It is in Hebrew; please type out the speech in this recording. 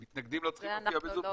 מתנגדים לא צריכים להופיע ב-זום.